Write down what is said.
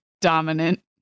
dominant